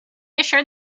assured